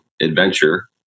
Adventure